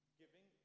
giving